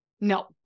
No